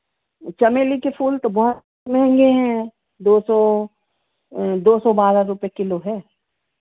चमेली के फूल तो बहुत महँगे हैं दो सौ दो सौ बारह रुपये किलो है